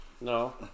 No